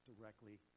directly